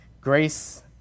grace